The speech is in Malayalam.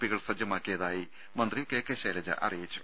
പികൾ സജ്ജമാക്കിയതായി മന്ത്രി കെ കെ ശൈലജ അറിയിച്ചു